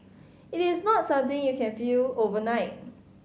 it is not something you can feel overnight